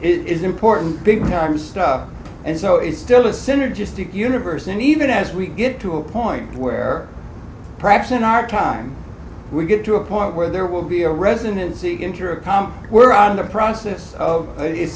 s is important big time stuff and no it's still a synergistic universe and even as we get to a point where perhaps in our time we get to a point where there will be a residency into a comp where on the process of it